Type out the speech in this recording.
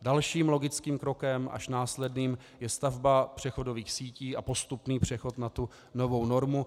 Dalším logickým krokem, až následným, je stavba přechodových sítí a postupný přechod na novou normu.